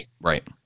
right